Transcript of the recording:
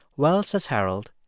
well, says harold,